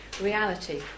reality